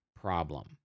problem